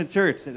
church